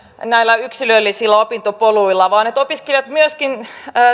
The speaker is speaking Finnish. näillä yksilöllisillä opintopoluilla vaan opiskelijat myöskin